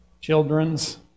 Children's